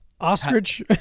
Ostrich